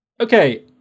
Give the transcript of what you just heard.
Okay